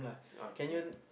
okay